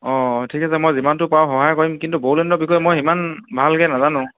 অঁ ঠিক আছে মই যিমানটো পাৰোঁ সহায় কৰিম কিন্তু বড়োলেণ্ডৰ বিষয়ে মই সিমান ভালকৈ নাজানো